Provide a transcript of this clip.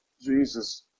Jesus